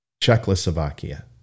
Czechoslovakia